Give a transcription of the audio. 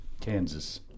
Kansas